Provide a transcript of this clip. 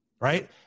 right